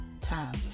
time